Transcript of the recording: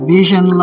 Vision